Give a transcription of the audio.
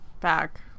...back